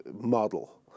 model